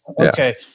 Okay